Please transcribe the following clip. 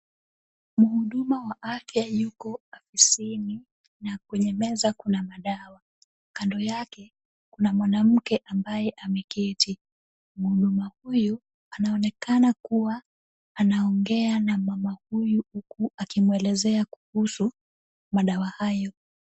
Muhuduma wa afya yuko afisini na kwenye meza kuna madawa. Kando yake kuna mwanamke ambaye ameketi. Mhuduma huyu anaonekana kuwa anaongea na mama huyu huku akimueleza kuhusu madawa hayo.